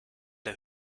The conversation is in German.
der